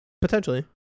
Potentially